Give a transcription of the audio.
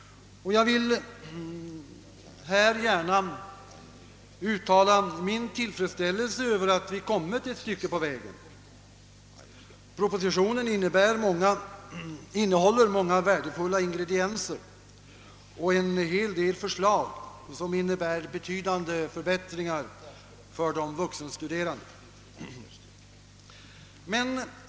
Jag vill gärna uttala min tillfredsställelse över att vi kommit eit stycke många värdefulla ingredienser och en hel del förslag som innebär betydande förbättringar för de vuxenstuderande.